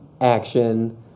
action